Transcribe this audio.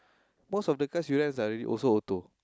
most of the cars you rent directly also auto